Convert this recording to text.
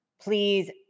Please